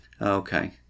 Okay